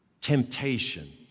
temptation